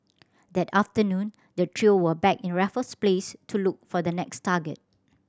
that afternoon the trio were back in Raffles Place to look for the next target